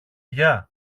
γεια